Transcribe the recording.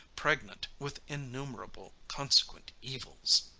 pregnant with innumerable consequent evils!